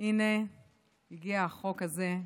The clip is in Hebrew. הינה הגיע החוק הזה,